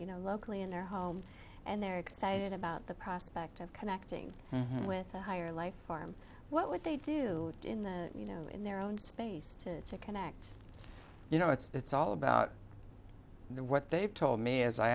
you know locally in their home and they're excited about the prospect of connecting with a higher life form what they do in the you know in their own space to to connect you know it's all about what they've told me is i